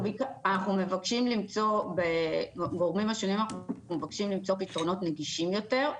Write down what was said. אנחנו מבקשים מהגורמים השונים פתרונות נגישים יותר.